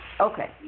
Okay